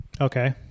Okay